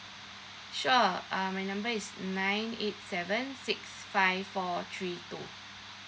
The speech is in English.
sure err my number is nine eight seven six five four three two